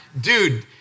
dude